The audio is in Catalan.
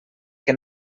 que